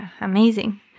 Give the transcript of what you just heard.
Amazing